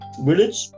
village